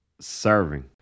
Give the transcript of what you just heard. serving